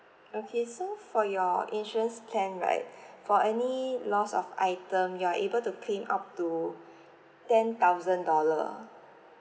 okay so for your insurance plan right for any lost of item you are able to claim up to ten thousand dollar